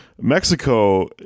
Mexico